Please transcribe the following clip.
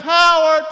power